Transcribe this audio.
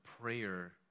prayer